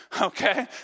Okay